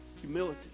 Humility